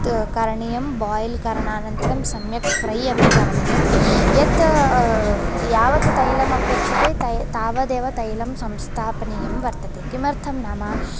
करणीयं बायिल् करणानन्तरं सम्यक् फै अपि करणीयं यत् यावत् तैलम् अपेक्षते ता तावदेव तैलं संस्थापनीयं वर्तते किमर्थं नाम